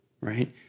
Right